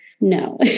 No